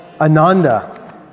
Ananda